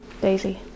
Daisy